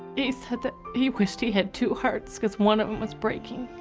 he said that he wished he had two hearts, because one of them was breaking.